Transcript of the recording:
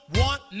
want